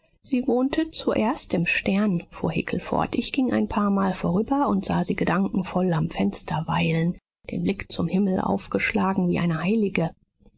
sie wohnte zuerst im stern fuhr hickel fort ich ging ein paarmal vorüber und sah sie gedankenvoll am fenster weilen den blick zum himmel aufgeschlagen wie eine heilige